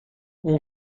اون